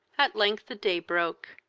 at length the day broke.